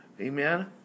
Amen